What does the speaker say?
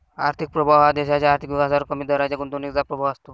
आर्थिक प्रभाव हा देशाच्या आर्थिक विकासावर कमी दराच्या गुंतवणुकीचा प्रभाव असतो